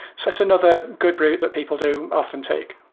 so it's another good route that people do often take.